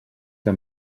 que